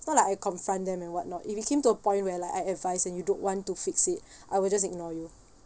not like I confront them and whatnot if it came to a point where like I advise and you don't want to fix it I will just ignore you